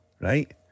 right